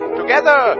Together